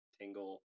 tingle